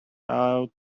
out